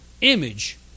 image